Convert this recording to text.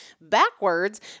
backwards